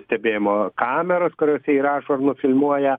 stebėjimo kameras kuriose įrašo ir nufilmuoja